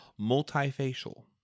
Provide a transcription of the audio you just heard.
multifacial